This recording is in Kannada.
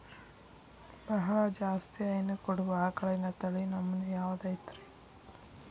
ಬಹಳ ಜಾಸ್ತಿ ಹೈನು ಕೊಡುವ ಆಕಳಿನ ತಳಿ ನಮೂನೆ ಯಾವ್ದ ಐತ್ರಿ?